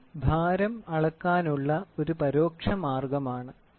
ഇത് ഭാരം അളക്കാനുള്ള ഒരു പരോക്ഷ മാർഗമാണ്